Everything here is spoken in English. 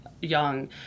young